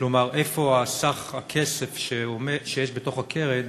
כלומר איפה סך הכסף שיש בתוך הקרן